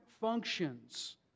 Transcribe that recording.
functions